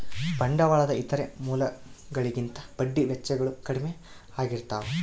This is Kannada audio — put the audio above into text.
ಬಂಡವಾಳದ ಇತರ ಮೂಲಗಳಿಗಿಂತ ಬಡ್ಡಿ ವೆಚ್ಚಗಳು ಕಡ್ಮೆ ಆಗಿರ್ತವ